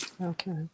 okay